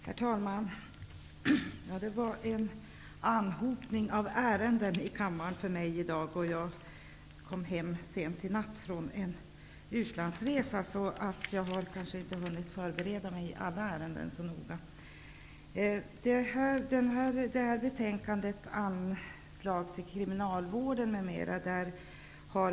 Herr talman! Det var för mig en anhopning av ärenden i kammaren i dag. Jag kom hem från en utlandsresa sent i natt, därför har jag inte hunnit att förebereda mig så noga i alla ärenden.